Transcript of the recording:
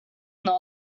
not